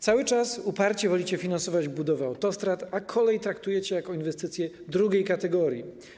Cały czas uparcie wolicie finansować budowę autostrad, a kolej traktujecie jako inwestycję drugiej kategorii.